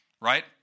Right